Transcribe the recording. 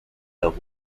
los